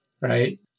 right